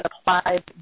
applied